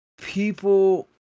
People